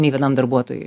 nei vienam darbuotojui